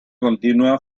continua